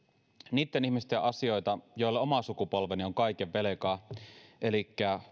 niitten ihmisten asioita joille oma sukupolveni on kaiken velkaa elikkä